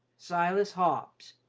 silas hobbs.